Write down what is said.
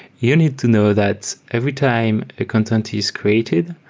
you need to know that every time a content is created,